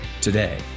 today